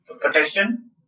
Protection